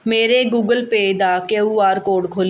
ਮੇਰੇ Google Pay ਦਾ Q R code ਖੋਲ੍ਹ